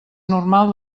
normal